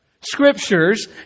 Scriptures